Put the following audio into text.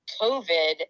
COVID